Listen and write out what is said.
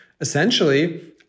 essentially